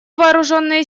вооруженные